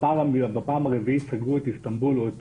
בפעם הרביעית סגרו את איסטנבול או את